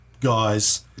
guys